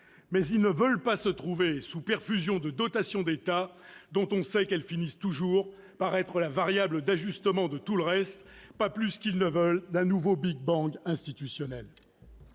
mais ils ne veulent pas se trouver sous perfusion de dotations d'État, dont on sait qu'elles finissent toujours par être la variable d'ajustement de tout le reste, pas plus qu'ils ne veulent d'un nouveau big-bang institutionnel.